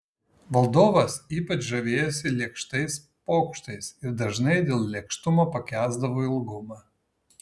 valdovas ypač žavėjosi lėkštais pokštais ir dažnai dėl lėkštumo pakęsdavo ilgumą